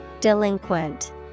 Delinquent